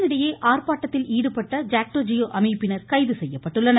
இதனிடையே ஆர்ப்பாட்டத்தில் ஈடுபட்ட ஜாக்டோ ஜியோ அமைப்பினர் கைது செய்யப்பட்டனர்